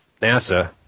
NASA